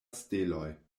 steloj